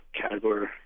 category